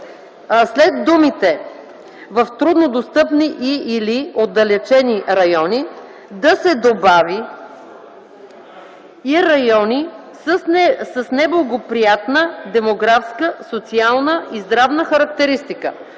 след думите: „... в трудно достъпни и/или отдалечени райони” да се добави „и райони с неблагоприятна демографска, социална и здравна характеристика”.